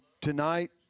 tonight